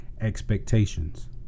expectations